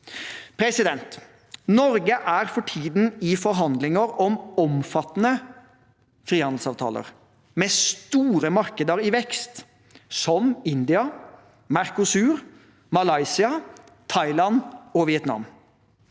Norge. Norge er for tiden i forhandlinger om omfattende frihandelsavtaler med store markeder i vekst, som India, Mercosur-landene, Malaysia, Thailand og Vietnam.